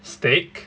steak